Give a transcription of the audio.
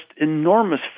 enormous